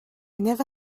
never